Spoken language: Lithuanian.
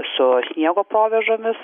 su sniego proveržomis